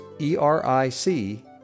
E-R-I-C